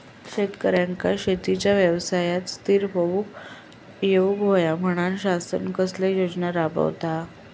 शेतकऱ्यांका शेतीच्या व्यवसायात स्थिर होवुक येऊक होया म्हणान शासन कसले योजना राबयता?